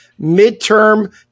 midterm